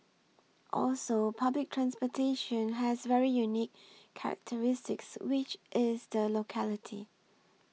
also public transportation has very unique characteristics which is the locality